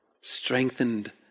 strengthened